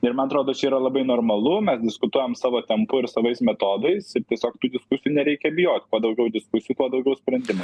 ir man atrodo čia yra labai normalu mes diskutuojam savo tempu ir savais metodais ir tiesiog tų diskusijų nereikia bijoti kuo daugiau diskusijų tuo daugiau sprendimų